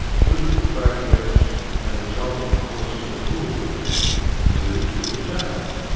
political programs and the resulting policies and laws moves with the change.